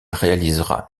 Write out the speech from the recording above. réalisera